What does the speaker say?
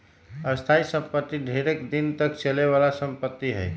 स्थाइ सम्पति ढेरेक दिन तक चले बला संपत्ति हइ